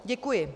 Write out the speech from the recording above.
Děkuji.